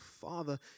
Father